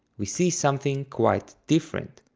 we see something quite different.